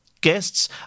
guests